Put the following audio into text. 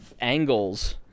angles